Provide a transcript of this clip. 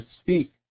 speak